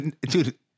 dude